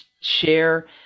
share